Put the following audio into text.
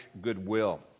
goodwill